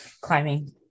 climbing